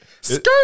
Skirt